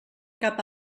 cap